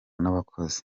n’abakozi